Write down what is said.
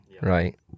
right